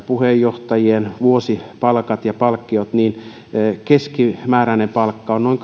puheenjohtajien vuosipalkkoja ja palkkioita niin keskimääräinen palkka on on